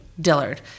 Dillard